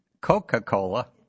Coca-Cola